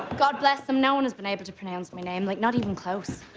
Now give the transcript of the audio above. god bless them, no one has been able to pronounce my name. like not even close.